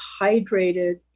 hydrated